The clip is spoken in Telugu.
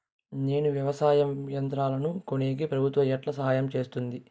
నేను వ్యవసాయం యంత్రాలను కొనేకి ప్రభుత్వ ఎట్లా సహాయం చేస్తుంది?